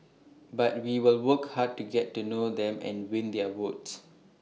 but we will work hard to get to know them and win their votes